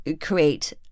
create